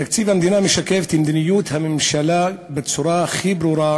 תקציב הממשלה משקף את מדיניות הממשלה בצורה הכי ברורה